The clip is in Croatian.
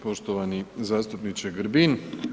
Poštovani zastupniče Grbin.